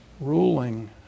ruling